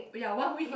ya one week